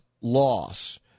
loss